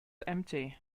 empty